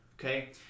Okay